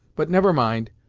but never mind,